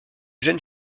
jeune